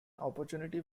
opportunity